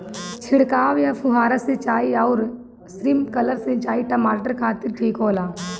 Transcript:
छिड़काव या फुहारा सिंचाई आउर स्प्रिंकलर सिंचाई टमाटर खातिर ठीक होला?